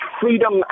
freedom